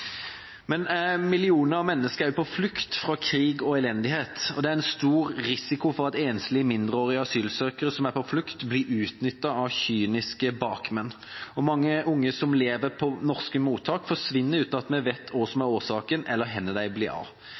Millioner av mennesker er på flukt fra krig og elendighet. Det er stor risiko for at enslige mindreårige asylsøkere, som er på flukt, blir utnyttet av kyniske bakmenn. Og mange barn som lever på norske mottak, forsvinner uten at vi vet hva som er årsaken, eller hvor de blir av.